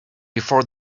before